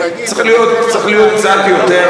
צריך להיות קצת יותר,